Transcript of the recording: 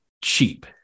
cheap